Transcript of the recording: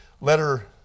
Letter